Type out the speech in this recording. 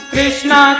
Krishna